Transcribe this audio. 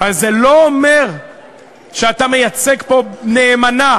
אבל זה לא אומר שאתה מייצג פה נאמנה